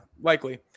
likely